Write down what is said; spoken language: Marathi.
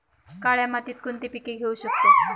काळ्या मातीत कोणती पिके घेऊ शकतो?